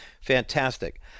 fantastic